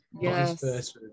yes